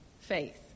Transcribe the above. faith